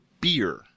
beer